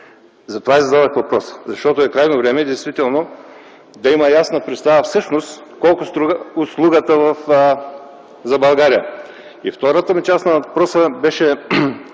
Затова и зададох въпроса, защото е крайно време действително да има ясна представа всъщност колко струва услугата за България. Втората част на въпроса ми беше